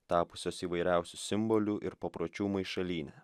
tapusios įvairiausių simbolių ir papročių maišalyne